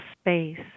space